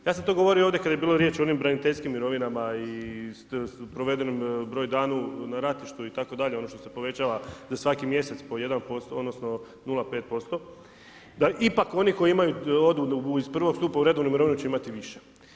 Ja sam to govorio ovdje kad je bilo riječ o onim braniteljskim mirovinama i provedenom broju dana na ratištu itd., ono što se povećava za svaki mjesec po 1% odnosno 0,5% da ipak oni koji imaju … iz prvog stupa … mirovinu će imati više.